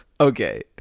okay